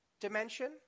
dimension